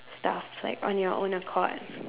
stuff like on your own accord